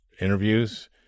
interviews